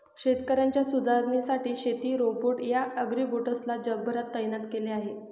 शेतकऱ्यांच्या सुधारणेसाठी शेती रोबोट या ॲग्रीबोट्स ला जगभरात तैनात केल आहे